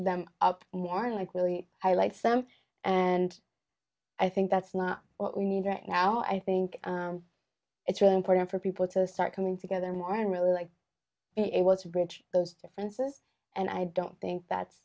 them up and they are like really i like them and i think that's not what we need right now i think it's really important for people to start coming together more and really like it was to bridge those differences and i don't think that's